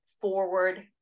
forward